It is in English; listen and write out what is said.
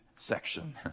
section